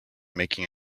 making